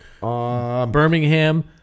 Birmingham